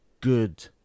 good